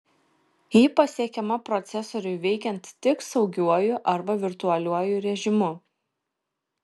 ji pasiekiama procesoriui veikiant tik saugiuoju arba virtualiuoju režimu